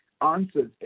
Answers